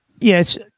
Yes